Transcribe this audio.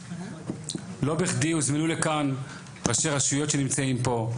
לא בכדי הוזמנו לכאן ראשי רשויות שנמצאים פה,